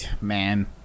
Man